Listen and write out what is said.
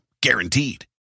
Guaranteed